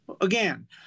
Again